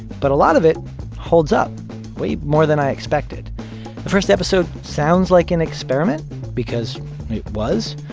but a lot of it holds up way more than i expected the first episode sounds like an experiment because it was.